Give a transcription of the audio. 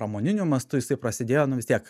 pramoniniu mastu jisai prasidėjo nu vis tiek